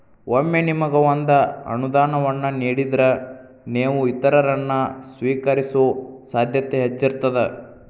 ಒಮ್ಮೆ ನಿಮಗ ಒಂದ ಅನುದಾನವನ್ನ ನೇಡಿದ್ರ, ನೇವು ಇತರರನ್ನ, ಸ್ವೇಕರಿಸೊ ಸಾಧ್ಯತೆ ಹೆಚ್ಚಿರ್ತದ